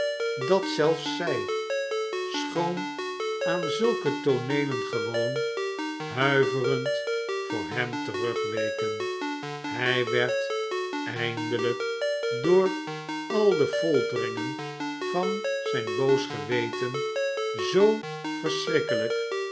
dat zelfs zij schoon aan zulke tooneelen gewoon huiverend voor hem terugweken hij werd eindelijk door al de folteringen van zijn boos geweten zoo verschrikkelijk